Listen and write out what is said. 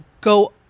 go